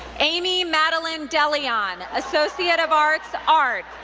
amy madeline de leon, associate of arts, art,